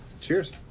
Cheers